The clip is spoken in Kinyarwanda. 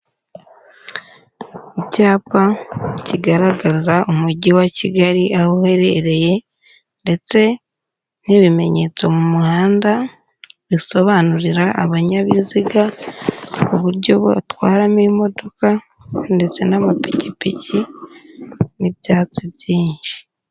Icyapa kigaragaza umujyi wa Kigali aho uherereye ndetse n'ibimenyetso mu muhanda, bisobanurira abanyabiziga uburyo batwaramo imodoka, ndetse n'amapikipiki n'ibyatsi byinshi.